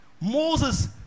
Moses